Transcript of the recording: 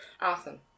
Awesome